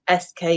SK